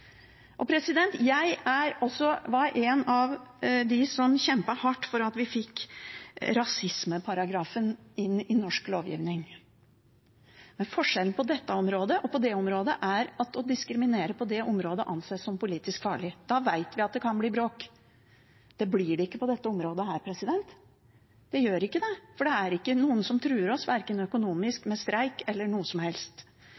Jeg var også en av dem som kjempet hardt for at vi fikk rasismeparagrafen inn i norsk lovgivning. Men forskjellen på dette området og på det området er at å diskriminere på det området anses som politisk farlig. Da vet vi at det kan bli bråk. Det blir det ikke på dette området. Det gjør ikke det, for det er ikke noen som truer oss, verken økonomisk, med streik eller med noe som helst.